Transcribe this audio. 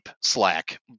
Slack